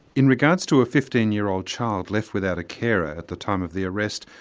in regards to a fifteen year old child left without a carer at the time of the arrest,